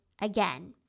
again